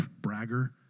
bragger